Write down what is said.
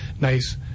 nice